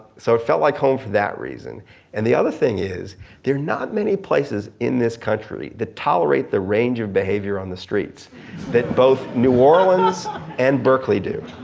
so it felt like home for that reason and the other thing is there are not many places in this country that tolerate the range of behavior on the streets that both new orleans and berkeley do.